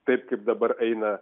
taip kaip dabar eina